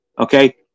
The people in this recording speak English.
Okay